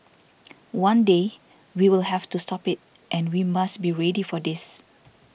one day we will have to stop it and we must be ready for this